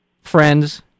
friends